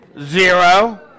Zero